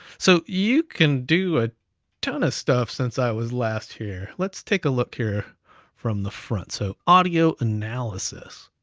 so you can do a ton of stuff since i was last here, let's take a look here from the front. so audio analysis,